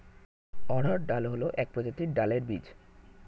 অড়হর ডাল হল এক প্রজাতির ডালের বীজ